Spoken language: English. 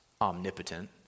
omnipotent